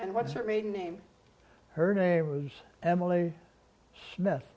and what's her maiden name her name was emily smith